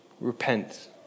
Repent